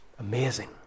Amazing